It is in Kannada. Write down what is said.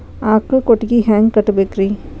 ಆಕಳ ಕೊಟ್ಟಿಗಿ ಹ್ಯಾಂಗ್ ಕಟ್ಟಬೇಕ್ರಿ?